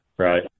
Right